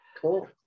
cool